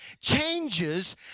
changes